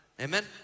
Amen